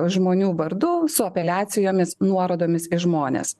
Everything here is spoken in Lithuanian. žmonių vardu su apeliacijomis nuorodomis į žmones